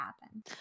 happen